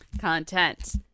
content